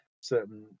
certain